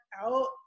out